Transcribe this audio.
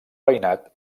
veïnat